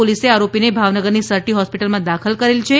પોલીસે આરોપીને ભાવનગરની સર ટી હોસિપટલમાં દાખલ કરે છે